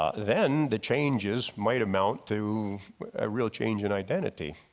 ah then the changes might amount to a real change in identity.